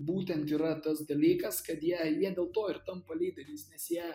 būtent yra tas dalykas kad jie jie dėl to ir tampa lyderiais nes jie